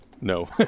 No